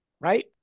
right